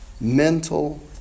mental